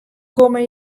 komme